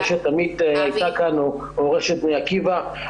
רשת אמי"ת הייתה כאן, או רשת בני עקיבא.